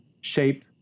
shape